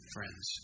Friends